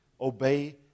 Obey